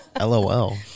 LOL